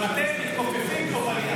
אבל אתם מתכופפים פה בעניין הזה.